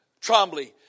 Trombley